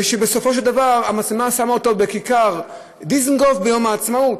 ובסופו של דבר המצלמה שמה אותו בכיכר-דיזנגוף ביום העצמאות,